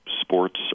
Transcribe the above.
Sports